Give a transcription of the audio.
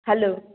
hello